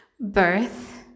birth